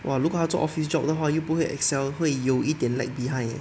!wah! 如果他做 office job 的话又不会 excel 会有一点 lag behind leh